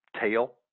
tail